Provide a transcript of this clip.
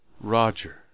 Roger